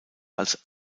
als